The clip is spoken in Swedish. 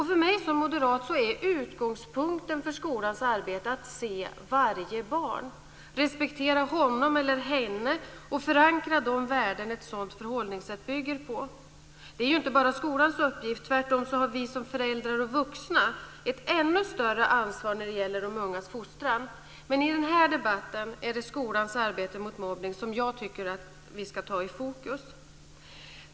För mig som moderat är utgångspunkten för skolans arbete att se varje barn, respektera honom eller henne och förankra de värden ett sådant förhållningssätt bygger på. Det är inte bara skolans uppgift, tvärtom har vi som föräldrar och vuxna ett ännu större ansvar när det gäller de ungas fostran. Men i den här debatten är det skolans arbete mot mobbning som jag tycker att vi ska sätta i fokus.